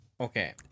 okay